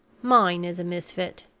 mine is a misfit.